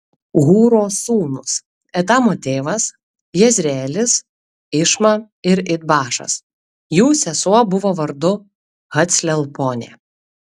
hūro sūnūs etamo tėvas jezreelis išma ir idbašas jų sesuo buvo vardu haclelponė